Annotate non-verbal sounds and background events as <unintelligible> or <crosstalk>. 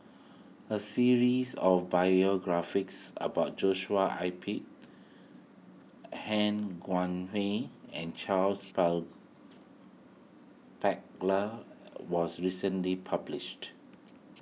a series of biographies about Joshua I P Han Guangwei and Charles <unintelligible> Paglar was recently published